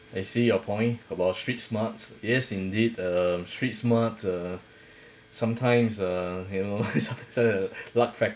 I see your point about street smart is indeed um street smart uh sometimes uh you know sometimes luck fact